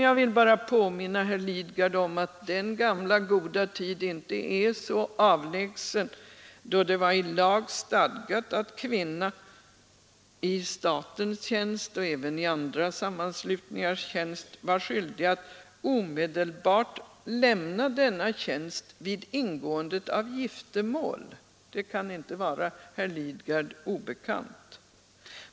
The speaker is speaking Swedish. Jag vill bara påminna herr Lidgard om att den gamla goda tid inte är så avlägsen, då det var i lag stadgat att kvinna i statens tjänst och även i andra sammanslutningars tjänst var skyldig att omedelbart lämna denna tjänst vid ingåendet av giftermål. Det kan inte vara herr Lidgard obekant.